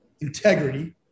Integrity